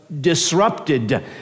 disrupted